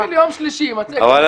תביא ליום שלישי מצגת --- רק שנייה.